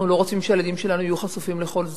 אנחנו לא רוצים שהילדים שלנו יהיו חשופים לכל זה.